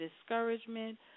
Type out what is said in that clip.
discouragement